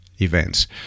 events